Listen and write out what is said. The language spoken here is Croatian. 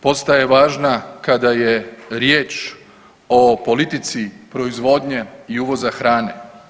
Postaje važna kada je riječ o politici proizvodnje i uvoza hrane.